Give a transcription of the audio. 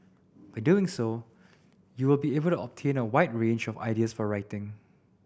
by doing so you will be able to obtain a wide range of ideas for writing